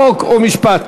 חוק ומשפט.